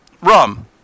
rum